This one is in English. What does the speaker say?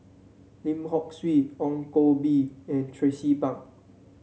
Lim Hock Siew Ong Koh Bee and Tracie Pang